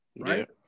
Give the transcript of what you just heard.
right